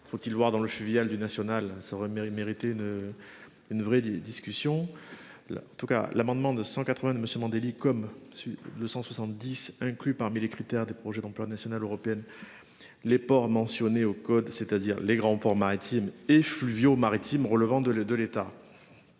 Faut-il voir dans le fluvial du National ça aurait mérité. Une vraie des discussions là. En tout cas l'amendement de 182 monsieur Mandelli comme si le 170 inclus. Parmi les critères des projets d'ampleur nationale européenne. Les ports mentionné au code, c'est-à-dire les grands ports maritimes et fluviaux maritimes relevant de le,